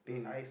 mm